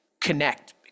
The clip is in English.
connect